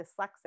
dyslexic